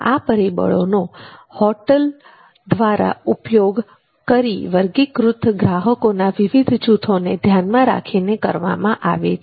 આ પરિબળોનો ઉપયોગ હોટલ દ્વારા વર્ગીકૃત ગ્રાહકોના વિવિધ જૂથોને ધ્યાનમાં રાખીને કરવામાં આવે છે